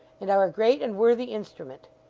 and are a great and worthy instrument.